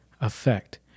effect